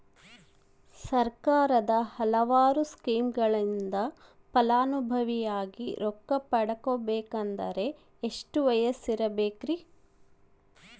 ಸರ್ಕಾರದ ಹಲವಾರು ಸ್ಕೇಮುಗಳಿಂದ ಫಲಾನುಭವಿಯಾಗಿ ರೊಕ್ಕ ಪಡಕೊಬೇಕಂದರೆ ಎಷ್ಟು ವಯಸ್ಸಿರಬೇಕ್ರಿ?